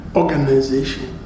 organization